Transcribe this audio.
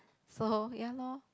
so ya lor